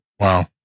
Wow